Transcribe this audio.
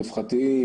הרווחתים,